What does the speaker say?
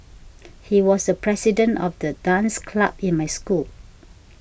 he was the president of the dance club in my school